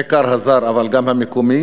בעיקר הזר אבל גם המקומי,